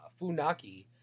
Funaki